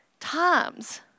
times